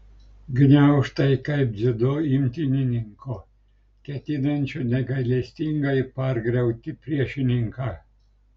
gniaužtai kaip dziudo imtynininko ketinančio negailestingai pargriauti priešininką